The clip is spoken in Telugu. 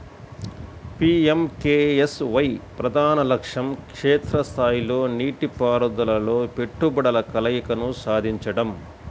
పి.ఎం.కె.ఎస్.వై ప్రధాన లక్ష్యం క్షేత్ర స్థాయిలో నీటిపారుదలలో పెట్టుబడుల కలయికను సాధించడం